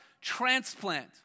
transplant